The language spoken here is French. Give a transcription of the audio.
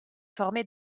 formée